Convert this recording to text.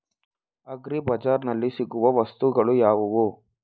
Agri ಬಜಾರ್ನಲ್ಲಿ ಸಿಗುವ ವಸ್ತುಗಳು ಯಾವುವು?